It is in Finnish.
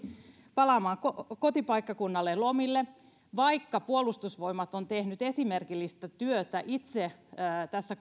palaamaan kotipaikkakunnalleen lomille vaikka puolustusvoimat ovat tehneet esimerkillistä työtä itse tässä